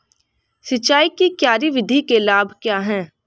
सिंचाई की क्यारी विधि के लाभ क्या हैं?